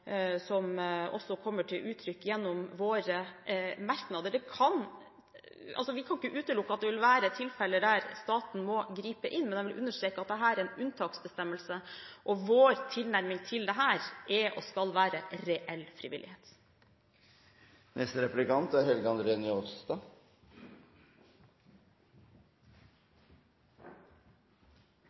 kommer til uttrykk gjennom våre merknader. Vi kan ikke utelukke at det vil være tilfeller der staten må gripe inn. Men jeg vil understreke at dette er en unntaksbestemmelse, og vår tilnærming til dette er og skal være reell